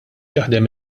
jaħdem